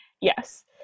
Yes